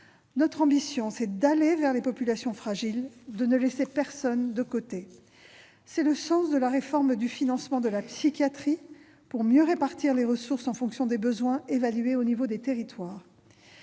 Notre ambition est d'aller vers les populations fragiles, de ne laisser personne de côté. Tel c'est le sens de la réforme du financement de la psychiatrie, pour mieux répartir les ressources en fonction des besoins évalués au niveau des territoires.